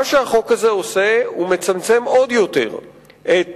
מה שהחוק הזה עושה, הוא מצמצם עוד יותר את